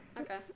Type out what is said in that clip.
okay